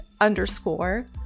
underscore